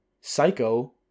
psycho